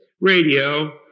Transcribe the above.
radio